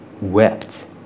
wept